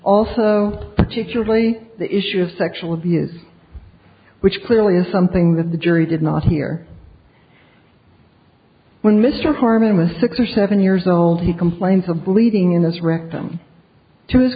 also particularly the issue of sexual abuse which clearly is something that the jury did not hear when mr harmon was six or seven years old he complains of bleeding in this rectum to his